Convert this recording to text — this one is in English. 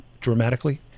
dramatically